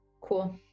Cool